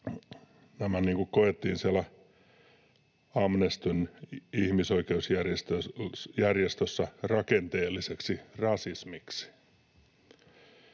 nämä koettiin siellä Amnestyn ihmisoikeusjärjestössä rakenteelliseksi rasismiksi.